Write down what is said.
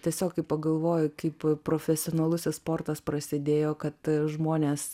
tiesiog kai pagalvoju kaip profesionalusis sportas prasidėjo kad žmonės